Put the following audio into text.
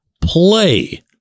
play